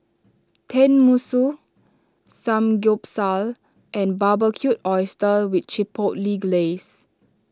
Tenmusu Samgeyopsal and Barbecued Oysters with Chipotle Glaze